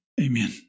amen